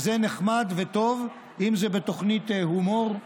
וזה נחמד וטוב אם זה בתוכנית הומור,